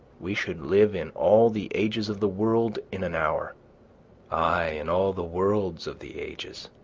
we should live in all the ages of the world in an hour ay, in all the worlds of the ages.